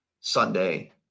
Sunday